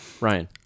Ryan